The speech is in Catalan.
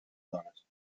dones